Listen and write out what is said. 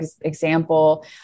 example